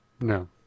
No